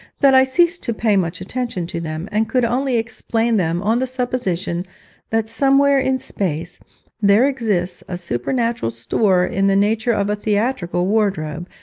that i ceased to pay much attention to them, and could only explain them on the supposition that somewhere in space there exists a supernatural store in the nature of a theatrical wardrobe,